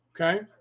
okay